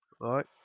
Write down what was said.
Right